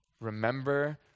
Remember